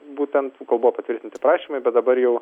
būtent kol buvo patvirtinti prašymai bet dabar jau